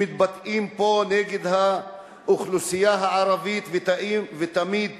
שמתבטאים פה נגד האוכלוסייה הערבית ותמיד